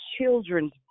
children's